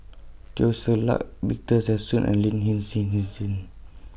Teo Ser Luck Victor Sassoon and Lin Hin Hsin Hsin